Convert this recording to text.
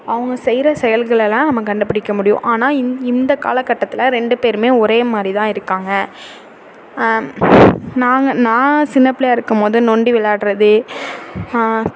அவங்க செய்கிற செயல்களெல்லாம் நம்ம கண்டுபிடிக்க முடியும் ஆனால் இந்த இந்த காலகட்டத்தில் ரெண்டு பேரும் ஒரே மாதிரி தான் இருக்காங்க நாங்கள் நான் சின்ன பிள்ளையா இருக்கும்போது நொண்டி விளையாடுறது